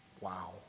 wow